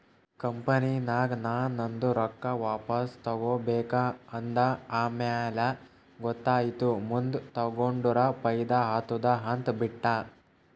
ಕಂಪನಿನಾಗ್ ನಾ ನಂದು ರೊಕ್ಕಾ ವಾಪಸ್ ತಗೋಬೇಕ ಅಂದ ಆಮ್ಯಾಲ ಗೊತ್ತಾಯಿತು ಮುಂದ್ ತಗೊಂಡುರ ಫೈದಾ ಆತ್ತುದ ಅಂತ್ ಬಿಟ್ಟ